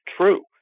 true